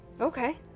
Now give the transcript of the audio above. Okay